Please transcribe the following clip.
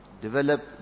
develop